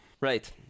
Right